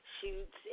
shoots